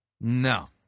No